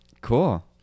cool